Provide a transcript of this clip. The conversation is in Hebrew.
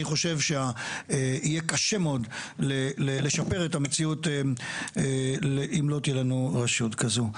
אני חושב שיהיה קשה מאוד לשפר את המציאות אם לא תהיה לנו רשות כזו.